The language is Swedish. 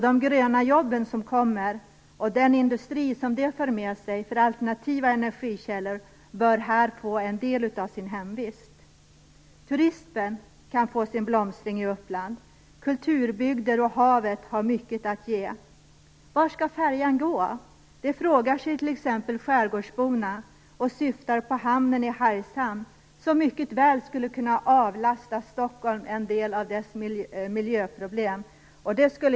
De gröna jobben som kommer och den industri som de för med sig för alternativa energikällor bör här få en del av sin hemvist. Turismen kan få sin blomstring i Uppland. Kulturbygderna och havet har mycket att ge. "Var skall färjan gå?" frågar sig t.ex. skärgårdsborna och syftar på hamnen i Hargshamn som mycket väl skulle kunna avlasta Stockholm en del av dess miljöproblem.